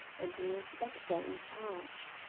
and an inspector in charge.